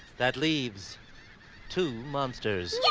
that leaves two monsters. yay!